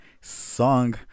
song